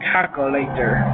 Calculator